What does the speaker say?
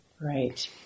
Right